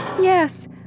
Yes